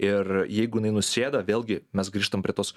ir jeigu jinai nusėda vėlgi mes grįžtam prie tos